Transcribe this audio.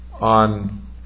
on